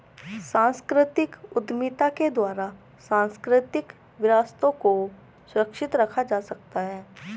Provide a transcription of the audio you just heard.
सांस्कृतिक उद्यमिता के द्वारा सांस्कृतिक विरासतों को सुरक्षित रखा जा सकता है